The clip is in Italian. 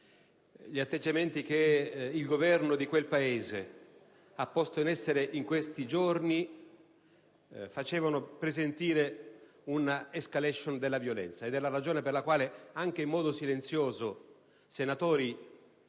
Gli atteggiamenti che il Governo di quel Paese ha posto in essere in questi giorni facevano presentire un'*escalation* della violenza, ed è la ragione per la quale senatori di ogni schieramento